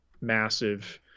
massive